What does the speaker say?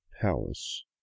palace